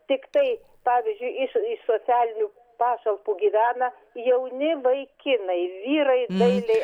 tiktai pavyzdžiui iš socialinių pašalpų gyvena jauni vaikinai vyrai dailiai